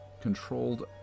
controlled